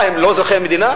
מה, הם לא אזרחי המדינה?